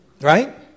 Right